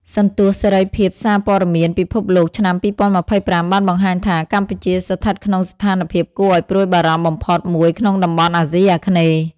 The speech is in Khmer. សន្ទស្សន៍សេរីភាពសារព័ត៌មានពិភពលោកឆ្នាំ ២០២៥ បានបង្ហាញថា កម្ពុជាស្ថិតក្នុងស្ថានភាពគួរឱ្យព្រួយបារម្ភបំផុតមួយក្នុងតំបន់អាស៊ីអាគ្នេយ៍។